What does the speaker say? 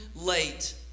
late